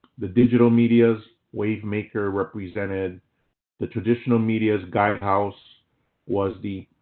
the digital medias. wavemaker represented the traditional medias. guidehouse was the